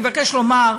אני מבקש לומר,